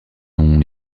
dont